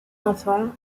enfants